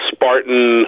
Spartan